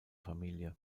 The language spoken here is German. familie